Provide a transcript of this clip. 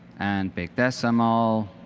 and big decimal.